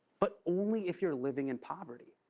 but only if you're living in poverty.